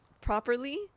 properly